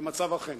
במצב הכן.